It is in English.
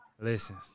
listen